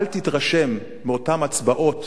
אל תתרשם מאותן הצבעות